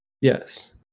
Yes